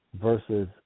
versus